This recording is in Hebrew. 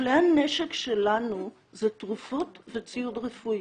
כלי הנשק שלנו זה תרופות וציוד רפואי,